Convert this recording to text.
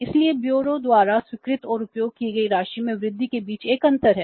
इसलिए ब्यूरों द्वारा स्वीकृत और उपयोग की गई राशि में वृद्धि के बीच एक अंतर है